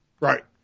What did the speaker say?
Right